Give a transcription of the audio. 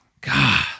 God